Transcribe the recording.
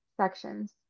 sections